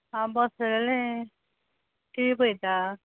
आं बसललें T V पळयता